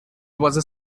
was